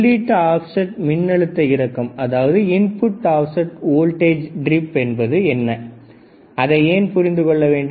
உள்ளீட்டு ஆப்செட் மின்னழுத்த இறக்கம் என்பது என்ன அதை ஏன் புரிந்துகொள்ள வேண்டும்